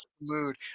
mood